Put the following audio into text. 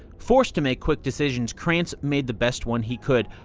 forced to make quick decisions, kranz made the best one he could.